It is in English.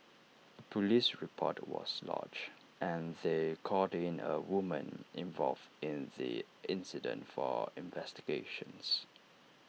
A Police report was lodged and they called in A woman involved in the incident for investigations